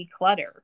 declutter